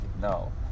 no